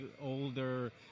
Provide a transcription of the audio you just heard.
older